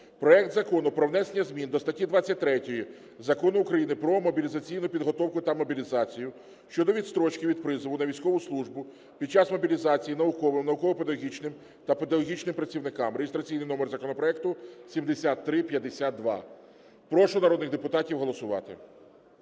проект Закону про внесення змін до статті 23 Закону України "Про мобілізаційну підготовку та мобілізацію" щодо відстрочки від призову на військову службу під час мобілізації науковим, науково-педагогічним та педагогічним працівникам (реєстраційний номер законопроекту 7352). Прошу народних депутатів голосувати.